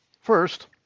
First